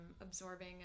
absorbing